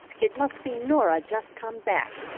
it must be norah just come back,